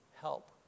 help